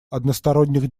односторонних